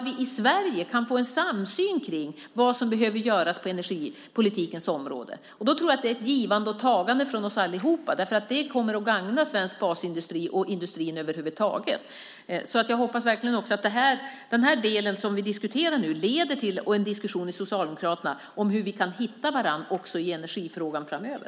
Vi i Sverige behöver få en samsyn om vad som behöver göras på energipolitikens område. Det är ett givande och tagande från oss alla. Det kommer att gagna svensk basindustri och industrin över huvud taget. Jag hoppas att den del vi diskuterar nu leder till en diskussion hos Socialdemokraterna om hur vi kan hitta varandra i energifrågan framöver.